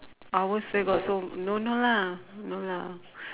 ours where got so no no lah no lah